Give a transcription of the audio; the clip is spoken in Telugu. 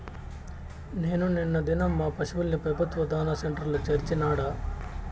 నేను నిన్న దినం మా పశుల్ని పెబుత్వ దాణా సెంటర్ల చేర్చినాడ